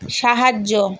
সাহায্য